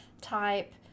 type